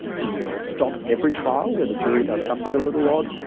do you stop every trial where the jury does something a little odd?